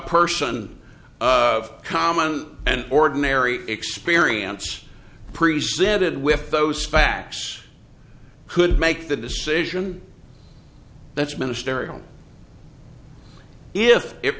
person of common and ordinary experience presented with those facts could make the decision that's ministerial if it